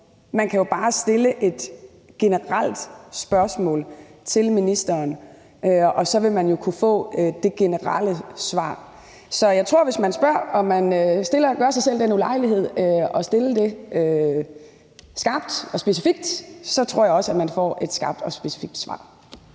Man kan bare stille et generelt spørgsmål til ministeren, og så vil man jo kunne få det generelle svar. Så jeg tror, at hvis man spørger og gør sig selv den ulejlighed at stille spørgsmålet skarpt og specifikt, får man også et skarpt og specifikt svar.